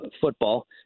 football